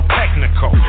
technical